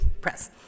Press